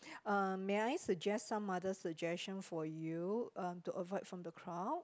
uh may I suggest some other suggestion for you um to avoid from the crowd